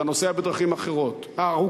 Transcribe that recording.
אתה נוסע בדרכים ארוכות,